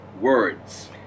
words